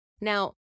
Now